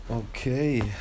okay